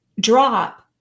drop